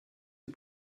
die